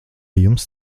jums